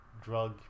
drug